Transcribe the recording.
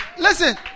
Listen